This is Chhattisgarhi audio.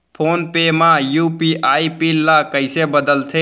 फोन पे म यू.पी.आई पिन ल कइसे बदलथे?